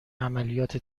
عملیات